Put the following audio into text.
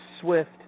swift